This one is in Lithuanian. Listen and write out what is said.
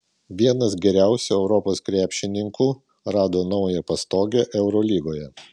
vienas geriausių europos krepšininkų rado naują pastogę eurolygoje